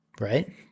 right